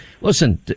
listen